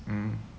mmhmm